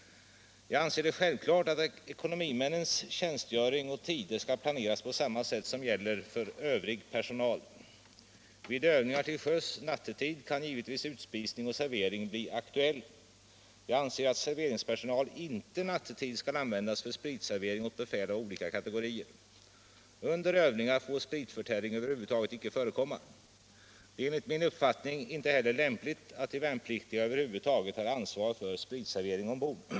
Jag anser det självklart att ekonomimännens tjänstgöring och tider skall planeras på samma sätt som gäller för övrig personal. Vid övningar till sjöss nattetid kan givetvis utspisning och servering bli aktuell. Jag anser att serveringspersonal inte nattetid skall användas för spritservering åt befäl av olika kategorier. Under övningar får spritförtäring över huvud taget inte förekomma. Det är enligt min uppfattning inte heller lämpligt att de värnpliktiga över huvud taget har ansvar för spritservering ombord.